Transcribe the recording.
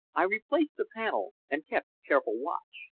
i replaced the panel and kept careful watch.